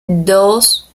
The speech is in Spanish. dos